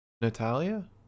Natalia